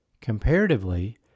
comparatively